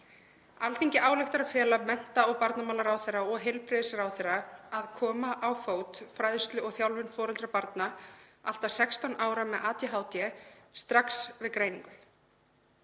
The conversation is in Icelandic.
„Alþingi ályktar að fela mennta- og barnamálaráðherra og heilbrigðisráðherra að koma á fót fræðslu og þjálfun foreldra barna, allt að 16 ára, með ADHD strax við greiningu.